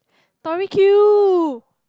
Tori-Q